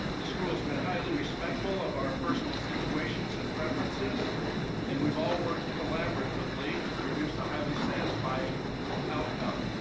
the school has been highly respectful of our personal situations and preferences and we've all worked collaboratively to produce a highly satisfying outcome.